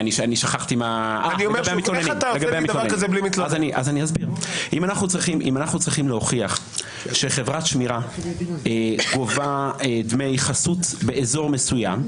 אם אנחנו צריכים להוכיח שחברת שמירה גובה דמי חסות באזור מסוים,